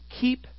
keep